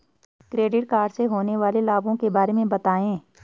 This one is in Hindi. क्रेडिट कार्ड से होने वाले लाभों के बारे में बताएं?